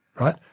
right